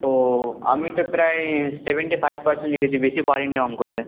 ও আমি তো প্রায় সেভেন্টি ফাইভ পার্সেন্ট লিখেছি বেশী পারিনি অঙ্কতে